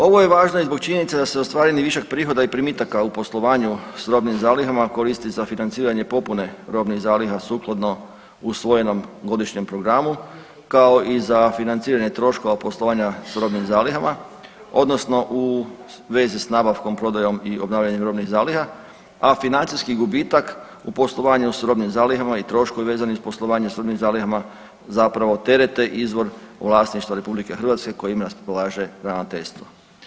Ovo je važno i zbog činjenice da se ostvareni višak prihoda i primitaka u poslovanju s robnim zalihama koristi za financiranje popune robnih zaliha sukladno usvojenom godišnjem programu kao i za financiranje troškova poslovanja sa robnim zalihama, odnosno u vezi sa nabavkom, prodajom i obnavljanjem robnih zaliha, a financijski gubitak u poslovanju s robnim zalihama i troškovi vezani uz poslovanje s robnim zalihama zapravo terete izvor vlasništva Republike Hrvatske kojima raspolaže ravnateljstvo.